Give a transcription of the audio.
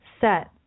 set